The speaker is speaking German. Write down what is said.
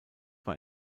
war